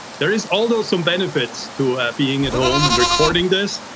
there is also some benefits to being at home and recording this.